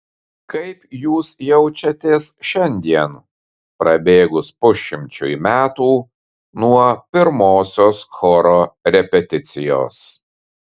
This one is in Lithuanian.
kaip jūs jaučiatės šiandien prabėgus pusšimčiui metų nuo pirmosios choro repeticijos